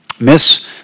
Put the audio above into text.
miss